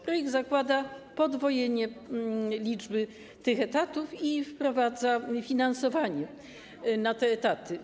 Projekt zakłada podwojenie liczby tych etatów i wprowadza finansowanie tych etatów.